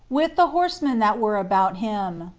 with the horsemen that were about him,